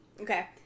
Okay